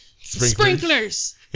sprinklers